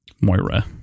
Moira